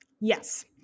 Yes